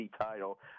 title